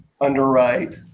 underwrite